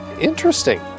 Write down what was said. interesting